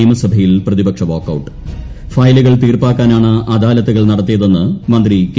നിയമസഭയിൽ പ്രതിപക്ഷ വാക്കൌട്ട് ഫയലുകൾ തീർപ്പാക്കാനാണ് അദാലത്തുകൾ നടത്തിയതെന്ന് മന്ത്രി കെ